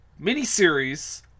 miniseries